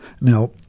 Now